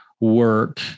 work